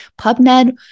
PubMed